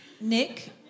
Nick